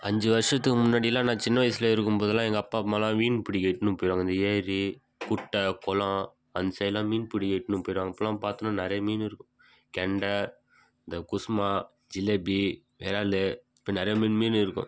அஞ்சு வருஷத்துக்கு முன்னாடியெல்லாம் நான் சின்ன வயசில் இருக்கும் போதெல்லாம் எங்கள் அப்பா அம்மாயெல்லாம் மீன் பிடிக்க இட்டுனு போய்விடுவாங்க இந்த ஏரி குட்டை குளம் அந்த சைட்டெல்லாம் மீன் பிடிக்க இட்டுனு போய்விடுவாங்க அப்பெல்லாம் பார்த்தோனா நிறையா மீன் இருக்கும் கெண்டை இந்த குஸ்மா ஜிலேபி விரால் இப்போ நிறையா மீன் மீன் இருக்கும்